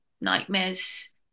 nightmares